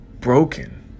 broken